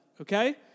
okay